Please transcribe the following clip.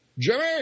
Jimmy